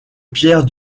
pierre